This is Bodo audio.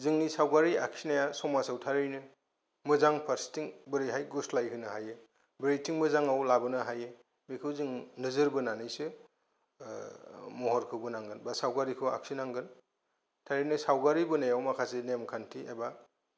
जोंनि सावगारि आखिनाया समाजाव थारैनो मोजां फारसेथिं बोरैहाय गुस्लाय होनो हायो बबेथिं मोजाङाव लाबोनो हायो बेखौ जों नोजोर बोनानैसो ओ महरखौ बोनांगौ बा सावगारिखौ आखिनांगोन थारैनो सावगारि बोनायाव माखासे नेम खान्थि एबा